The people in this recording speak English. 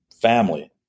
family